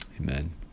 Amen